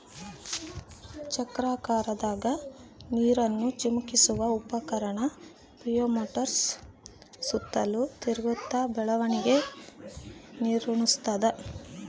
ಚಕ್ರಾಕಾರದಾಗ ನೀರನ್ನು ಚಿಮುಕಿಸುವ ಉಪಕರಣ ಪಿವೋಟ್ಸು ಸುತ್ತಲೂ ತಿರುಗ್ತ ಬೆಳೆಗಳಿಗೆ ನೀರುಣಸ್ತಾದ